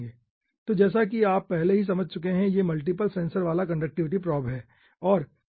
तो जैसा कि आप पहले ही समझ चुके हैं कि यह मल्टीप्ल सेंसर वाला कंडक्टिविटी प्रोब हैं